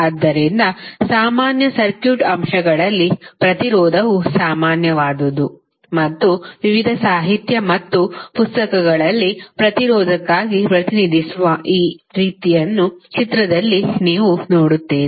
ಆದ್ದರಿಂದ ಸಾಮಾನ್ಯ ಸರ್ಕ್ಯೂಟ್ ಅಂಶಗಳಲ್ಲಿ ಪ್ರತಿರೋಧವು ಸಾಮಾನ್ಯವಾದದ್ದು ಮತ್ತು ವಿವಿಧ ಸಾಹಿತ್ಯ ಮತ್ತು ಪುಸ್ತಕಗಳಲ್ಲಿ ಪ್ರತಿರೋಧಕ್ಕಾಗಿ ಪ್ರತಿನಿಧಿಸುವ ಈ ರೀತಿಯನ್ನು ಚಿತ್ರದಲ್ಲಿ ನೀವು ನೋಡುತ್ತೀರಿ